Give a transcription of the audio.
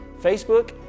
Facebook